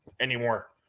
anymore